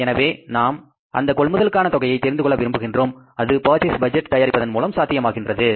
எனவே நாம் அந்த கொள்முதலுக்கான தொகையைக் தெரிந்துகொள்ள விரும்புகின்றோம் அது பர்சேஸ் பட்ஜெட் தயாரிப்பதன் மூலம் சாத்தியமாகின்றது